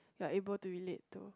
like able to relate to